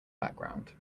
background